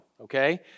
okay